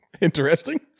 interesting